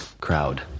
crowd